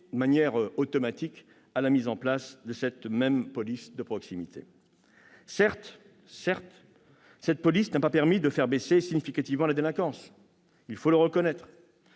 de manière automatique à la mise en place de la police de proximité. Certes, la police de proximité n'a pas permis de faire baisser significativement la délinquance, il faut le reconnaître.